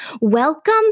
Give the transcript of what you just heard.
Welcome